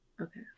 Okay